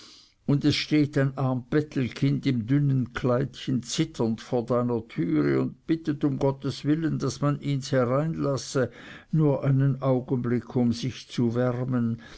und es steht ein arm bettlerkind im dünnen kleidchen zitternd vor deiner türe und bittet um gottes willen daß man ihns hineinlasse nur einen augenblick um sich zu wärmen